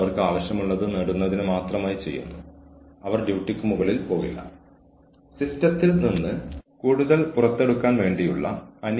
ഞങ്ങളുടെ വിദ്യാർത്ഥികളെ കുറിച്ച് ഞങ്ങളുടെ പഠിപ്പിക്കലിനെക്കുറിച്ച് ഞങ്ങളുടെ ഗവേഷണത്തെക്കുറിച്ച് ഞങ്ങൾ ആവേശഭരിതരാണ്